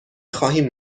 خواهیم